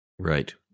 Right